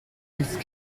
twixt